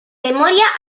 memoria